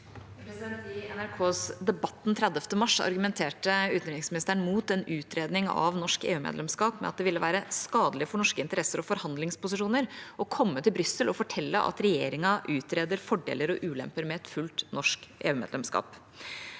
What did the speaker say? I NRKs Debat- ten den 30. mars argumenterte utenriksministeren imot en utredning av norsk EU-medlemskap med at det ville være skadelig for norske interesser og forhandlingsposisjoner å komme til Brussel og fortelle at regjeringa utreder fordeler og ulemper med et fullt norsk EU-medlemskap.